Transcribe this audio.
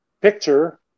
picture